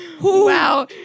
Wow